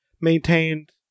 maintained